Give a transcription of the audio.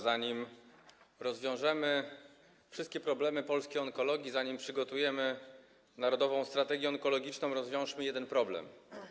Zanim rozwiążemy wszystkie problemy polskiej onkologii, zanim przygotujemy Narodową Strategię Onkologiczną, rozwiążmy jeden problem.